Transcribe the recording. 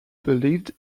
believed